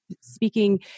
speaking